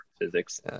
physics